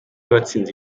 watsinze